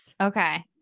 okay